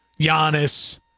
Giannis